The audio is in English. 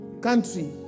country